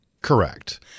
correct